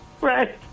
Right